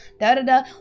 Da-da-da